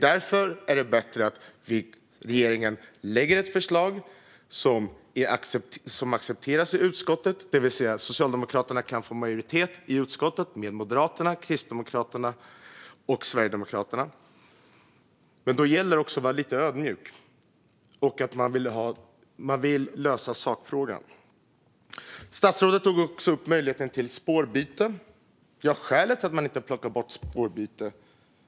Därför är det bättre att regeringen lägger fram ett förslag som accepteras i utskottet, det vill säga att Socialdemokraterna kan få majoritet i utskottet tillsammans med Moderaterna, Kristdemokraterna och Sverigedemokraterna. Men då gäller det också att vara lite ödmjuk och att man vill lösa sakfrågan. Statsrådet tog även upp möjligheten till spårbyte.